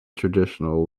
traditional